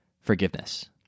forgiveness